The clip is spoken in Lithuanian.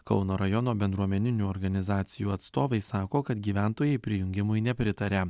kauno rajono bendruomeninių organizacijų atstovai sako kad gyventojai prijungimui nepritaria